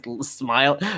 smile